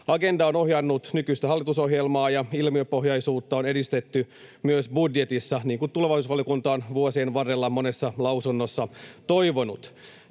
Agenda on ohjannut nykyistä hallitusohjelmaa, ja ilmiöpohjaisuutta on edistetty myös budjetissa, niin kuin tulevaisuusvaliokunta on vuosien varrella monessa lausunnossa toivonut.